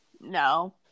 No